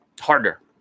harder